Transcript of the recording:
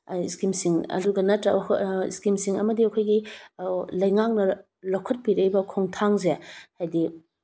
ꯏꯁꯀꯤꯝꯁꯤꯡ ꯑꯗꯨꯒ ꯅꯠꯇ꯭ꯔꯒ ꯏꯁꯀꯤꯝꯁꯤꯡ ꯑꯃꯗꯤ ꯑꯩꯈꯣꯏꯒꯤ ꯂꯩꯉꯥꯛꯅ ꯂꯧꯈꯠꯄꯤꯔꯛꯏꯕ ꯈꯣꯡꯊꯥꯡꯁꯦ ꯍꯥꯏꯗꯤ